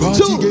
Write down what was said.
two